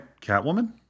Catwoman